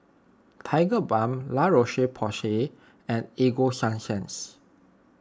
Tigerbalm La Roche Porsay and Ego Sunsense